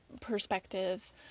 perspective